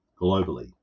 globally